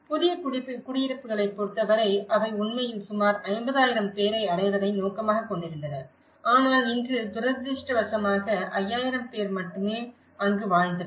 புதிய குடியிருப்புகளைப் பொறுத்தவரை அவை உண்மையில் சுமார் 50000 பேரை அடைவதை நோக்கமாகக் கொண்டிருந்தன ஆனால் இன்று துரதிர்ஷ்டவசமாக 5000 பேர் மட்டுமே அங்கு வாழ்ந்தனர்